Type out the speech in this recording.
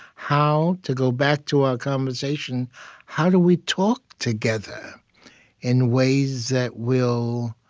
how to go back to our conversation how do we talk together in ways that will